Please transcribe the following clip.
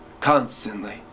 constantly